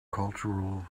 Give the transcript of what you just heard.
cultural